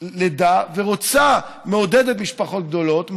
לידה ומעודדת משפחות גדולות,